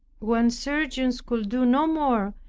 when surgeons could do no more,